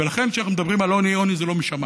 ולכן, כשאנחנו מדברים על עוני, עוני זה לא משמיים.